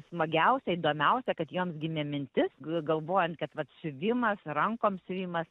smagiausia įdomiausia kad joms gimė mintis galvojant kad vat siuvimas rankom siuvimas